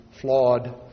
flawed